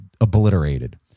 obliterated